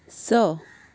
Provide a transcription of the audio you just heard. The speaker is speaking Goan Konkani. स